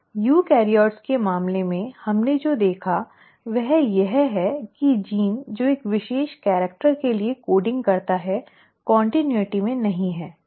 eukaryotes के मामले में हमने जो देखा वह यह है कि जीन जो एक विशेष कैरेक्टर के लिए कोडिंग करता है निरंतरता में नहीं है